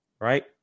right